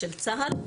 של צה"ל,